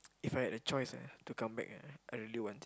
If I had a choice ah to come back ah I really want to